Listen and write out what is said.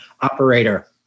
operator